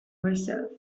herself